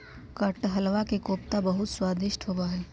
कटहलवा के कोफ्ता बहुत स्वादिष्ट होबा हई